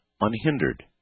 unhindered